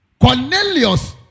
Cornelius